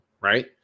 right